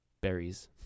berries